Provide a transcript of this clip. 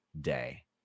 day